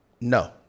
No